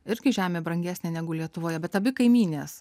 irgi žemė brangesnė negu lietuvoje bet abi kaimynės